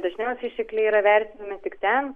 dažniausiai ištekliai yra vertinami tik ten